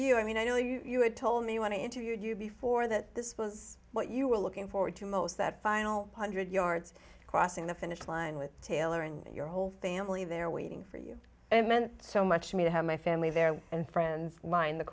you i mean i know you had told me when i interviewed you before that this was what you were looking forward to most that final hundred yards crossing the finish line with taylor and your whole family there waiting for you and meant so much me to have my family there and friends of mine the